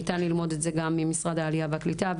ניתן ללמוד את זה גם ממשרד העלייה והקליטה,